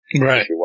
Right